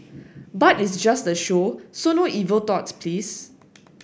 but it's just a show so no evil thoughts please